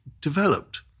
developed